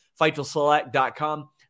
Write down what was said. FightfulSelect.com